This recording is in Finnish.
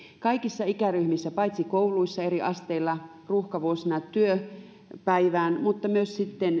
kaikissa ikäryhmissä kouluissa eri asteilla ruuhkavuosina työpäivään mutta myös sitten